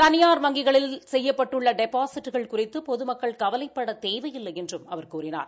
தனியார் வங்கிகளில் செய்யப்பட்டள்ள டெபாஸிட்கள் குறித்து பொதுமக்கள் கவலைப்பட தேவையில்லை என்றும் அவர் கூறினார்